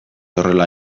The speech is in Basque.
horrela